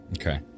Okay